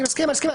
אני מסכים.